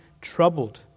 troubled